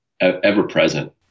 ever-present